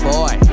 boy